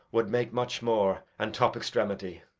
would make much more, and top extremity.